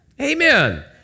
Amen